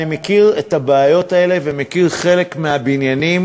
אני מכיר את הבעיות האלה ומכיר חלק מהבניינים,